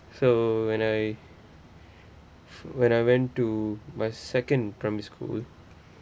so when I when I went to my second primary school